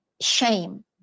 shame